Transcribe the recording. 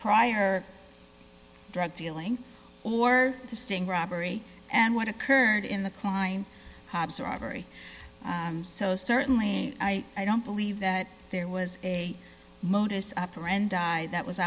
prior drug dealing or the sting robbery and what occurred in the crime hobbs robbery so certainly i don't believe that there was a modus operandi that was